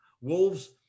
Wolves